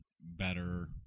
better